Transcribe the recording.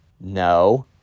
no